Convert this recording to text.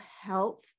health